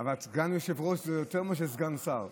אבל סגן יושב-ראש זה יותר מאשר סגן שר.